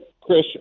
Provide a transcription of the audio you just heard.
Chris